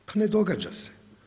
Pa ne događa se.